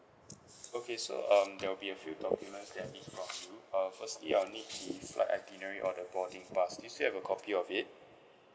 okay so um there'll be a few documents that I need from you uh firstly I'll need the flight itinerary or the boarding pass do you still have a copy of it